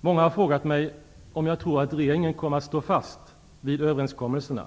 Många har frågat mig om jag tror att regeringen kommer att stå fast vid överenskommelserna.